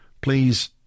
please